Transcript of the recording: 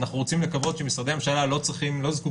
אנחנו רוצים לקוות שמשרדי הממשלה לא זקוקים